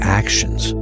actions